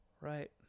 Right